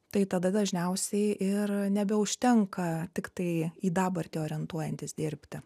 tai tada dažniausiai ir nebeužtenka tiktai į dabartį orientuojantis dirbti